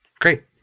great